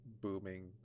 booming